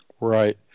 Right